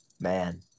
Man